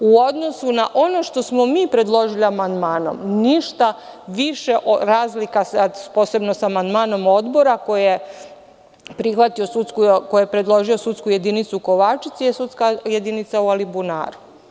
U odnosu na ono što smo mi predložili amandmanom ništa više razlika, posebno sa amandmanom Odbora koji je predložio sudsku jedinicu u Kovačici, je sudska jedinica u Alibunaru.